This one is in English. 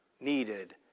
needed